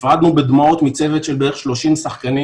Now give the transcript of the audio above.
נפרדנו בדמעות מצוות של בערך 30 שחקנים,